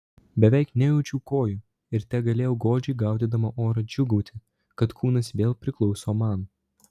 beveik nejaučiau kojų ir tegalėjau godžiai gaudydama orą džiūgauti kad kūnas vėl priklauso man